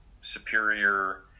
superior